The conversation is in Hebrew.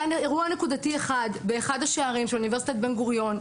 היה אירוע נקודתי אחד באחד השערים של אוניברסיטת בן גוריון,